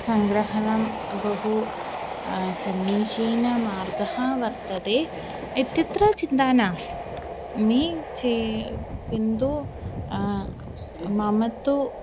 सङ्ग्रहणं बहु समीचीनमार्गः वर्तते इत्यत्र चिन्ता नास्ति मे चे किन्तु मम तु